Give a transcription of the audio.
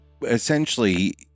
Essentially